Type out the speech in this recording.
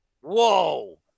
Whoa